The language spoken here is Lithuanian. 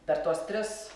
per tuos tris